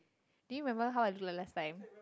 do you remember how I look like last time